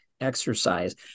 exercise